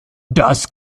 das